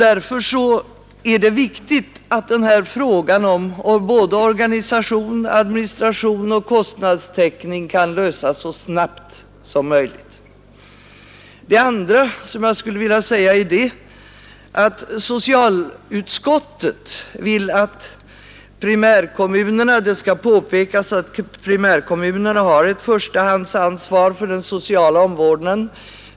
Därför är det viktigt att frågorna om såväl organisation och administration som kostnadstäckning kan lösas så snabbt som möjligt. Det andra jag skulle vilja säga är följande. Socialutskottet vill att det för utredningen skall påpekas att primärkommunerna har ett förstahandsansvar för den sociala omvårdnaden.